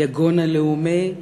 היגון הלאומי,